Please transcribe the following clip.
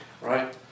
Right